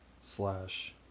slash